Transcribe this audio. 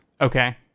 okay